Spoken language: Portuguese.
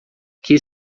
que